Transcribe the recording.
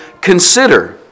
consider